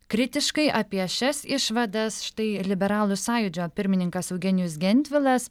kritiškai apie šias išvadas štai liberalų sąjūdžio pirmininkas eugenijus gentvilas